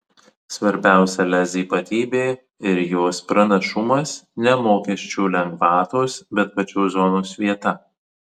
svarbiausia lez ypatybė ir jos pranašumas ne mokesčių lengvatos bet pačios zonos vieta